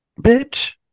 bitch